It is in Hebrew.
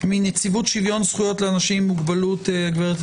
מנציבות שוויון זכויות לאנשים עם מוגבלות הגברת